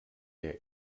der